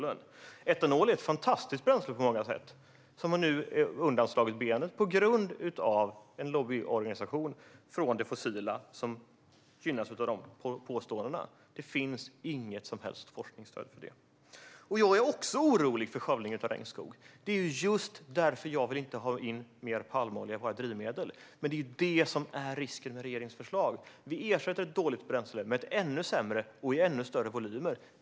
Etanol är ett fantastiskt bränsle på många sätt, men man har nu slagit undan benen för den på grund av lobbying för det fossila - som gynnas av dessa påståenden. Det finns inget som helst forskningsstöd för det. Jag är också orolig för skövlingen av regnskog, och det är just därför jag inte vill ha in mer palmolja i våra drivmedel. Men det är ju det som är risken med regeringens förslag - att vi ersätter ett dåligt bränsle med ett ännu sämre och i ännu större volymer.